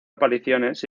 apariciones